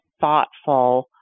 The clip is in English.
thoughtful